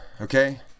okay